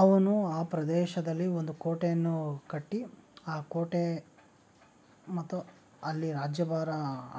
ಅವನು ಆ ಪ್ರದೇಶದಲ್ಲಿ ಒಂದು ಕೋಟೆಯನ್ನು ಕಟ್ಟಿ ಆ ಕೋಟೆ ಮತ್ತು ಅಲ್ಲಿ ರಾಜ್ಯಭಾರ